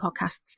podcasts